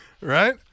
Right